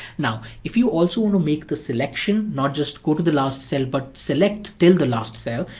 now, if you also want to make the selection, not just go to the last cell but select till the last cell,